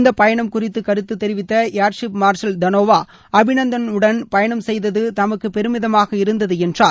இந்த பயணம் குறித்து கருத்து தெரிவித்த ஏர் கீஃப் மார்ஷல் தளோவா அபிநந்தனுடன் பயணம் செய்தது தமக்கு பெருமிதமாக இருந்தது என்றார்